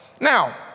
Now